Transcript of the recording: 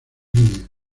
línea